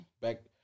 Back